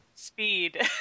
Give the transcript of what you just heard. Speed